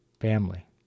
family